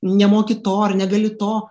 nemoki to ar negali to